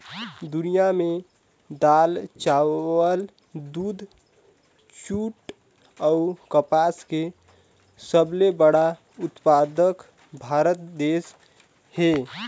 दुनिया में दाल, चावल, दूध, जूट अऊ कपास के सबले बड़ा उत्पादक भारत देश हे